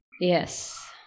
yes